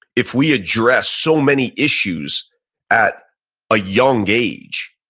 if we address so many issues at a young age,